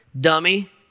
dummy